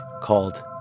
called